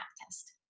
test